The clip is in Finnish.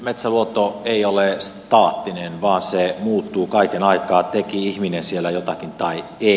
metsäluonto ei ole staattinen vaan se muuttuu kaiken aikaa teki ihminen siellä jotakin tai ei